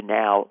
now